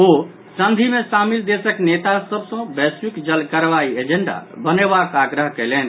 ओ संधि मे शामिल देशक नेता सभ सँ वैश्विक जल कार्रवाई एजेंडा बनयबाक आग्रह कयलनि